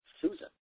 Susan